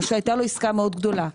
או שהייתה לו עסקה מאוד גדולה,